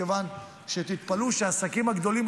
מכיוון שהעסקים הגדולים,